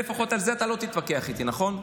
לפחות על זה לא תתווכח איתי, נכון?